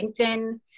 LinkedIn